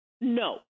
No